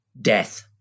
death